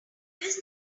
this